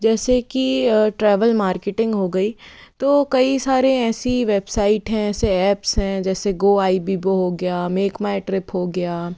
जैसे कि travel marketing हो गई तो कई सारी ऐसी वेबसाइट हैं ऐसे ऐप्स हैं जैसे गो आईबीबो हो गया मेक माई ट्रिप हो गया